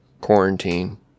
quarantine